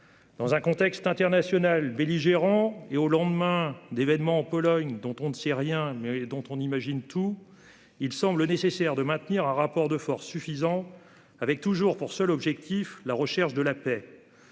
Dans un contexte international porteur de guerre, au lendemain d'un événement, en Pologne, dont on ne sait rien, mais dont on imagine tout, il semble nécessaire de maintenir un rapport de force suffisant, avec toujours pour seul objectif la recherche de la paix.